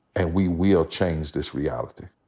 and we will change this reality.